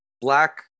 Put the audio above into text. black